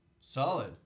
Solid